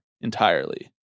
entirely